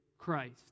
christ